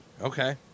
Okay